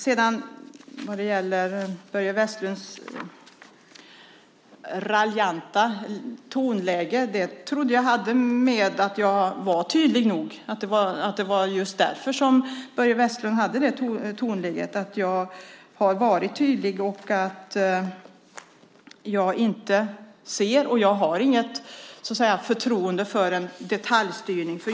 Jag trodde att Börje Vestlunds raljanta tonläge hade att göra med att jag har varit tydlig med att jag inte tror på en detaljstyrning.